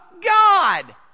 God